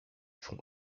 font